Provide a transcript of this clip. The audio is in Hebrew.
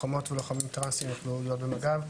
שלוחמות ולוחמים טרנסים יוכלו להיות במג"ב,